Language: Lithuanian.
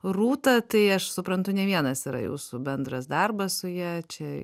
rūta tai aš suprantu ne vienas yra jūsų bendras darbas su ja čia